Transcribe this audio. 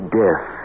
death